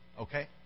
Okay